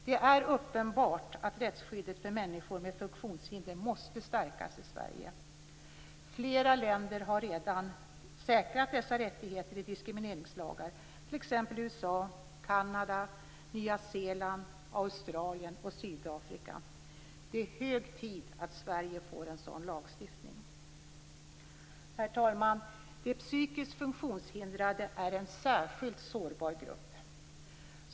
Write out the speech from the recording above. Det är uppenbart att rättsskyddet för människor med funktionshinder måste stärkas i Sverige. Flera länder har redan säkrat dessa rättigheter i diskrimineringslagar, t.ex. USA, Kanada, Nya Zeeland, Australien och Sydafrika. Det är hög tid att Sverige får en sådan lagstiftning. De psykiskt funktionshindrade är en särskilt sårbar grupp.